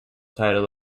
title